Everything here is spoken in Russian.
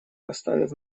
поставив